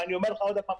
ואני אומר לך עוד פעם,